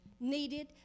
needed